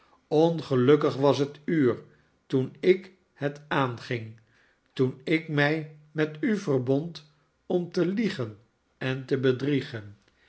songelukkig was het uur toen ik het aanging toen ik mij met u verbond om te liegen en te bedriegen